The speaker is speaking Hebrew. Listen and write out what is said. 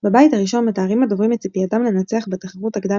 בבית הראשון מתארים הדוברים את ציפייתם לנצח בתחרות הקדם